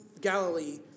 Galilee